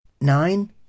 nine